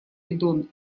бидон